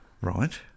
Right